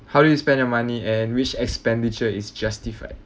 how do you spend your money and which expenditure is justified